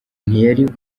ntiyari